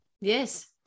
Yes